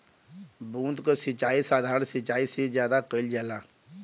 बूंद क सिचाई साधारण सिचाई से ज्यादा कईल जाला